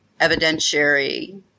evidentiary